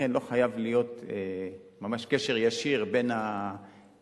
לכן לא חייב להיות ממש קשר ישיר בין אשכול